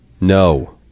No